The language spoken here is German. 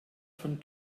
von